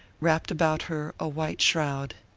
wrapped about her a white shroud.